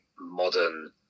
modern